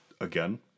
again